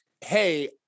hey